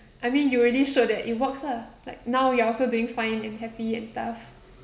I mean you really showed that it works lah like now you are also doing fine and happy and stuff